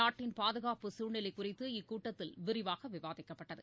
நாட்டின் பாதுகாப்பு சூழ்நிலை குறித்து இக்கூட்டத்தில் விரிவாக விவாதிக்கப்பட்டது